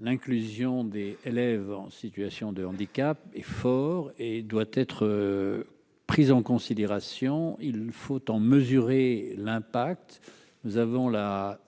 l'inclusion des élèves en situation de handicap et fort et doit être prise en considération, il faut en mesurer l'impact, nous avons là.